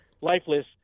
lifeless